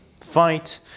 fight